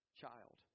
child